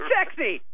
Sexy